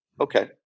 Okay